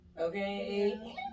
Okay